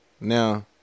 Now